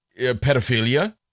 pedophilia